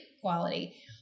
quality